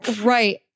Right